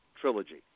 trilogy